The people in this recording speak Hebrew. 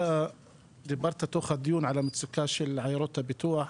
אתה דיברת בתוך הדיון על המצוקה של עיירות הפיתוח,